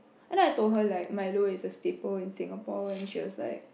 and then I told her like Milo is a staple in Singapore and she was like